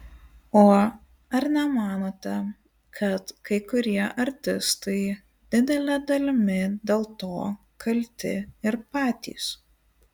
o ar nemanote kad kai kurie artistai didele dalimi dėl to kalti ir patys